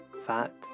fat